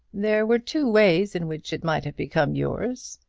there were two ways in which it might have become yours.